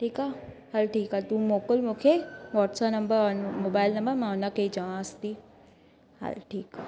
ठीकु आहे हल ठीकु आहे तू मोकिल मूंखे व्हटसप नंबर अन मोबाइल नंबर मां हुनखे ई चवांसि थी हल ठीकु आहे